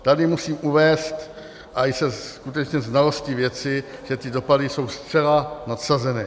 Tady musím uvést, a skutečně se znalostí věci, že ty dopady jsou zcela nadsazeny.